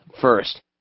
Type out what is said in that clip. first